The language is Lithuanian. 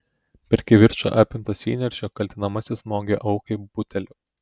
per kivirčą apimtas įniršio kaltinamasis smogė aukai buteliu